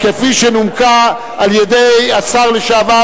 כפי שנומקה על-ידי השר לשעבר,